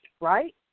right